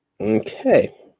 Okay